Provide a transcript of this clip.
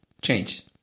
change